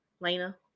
Lena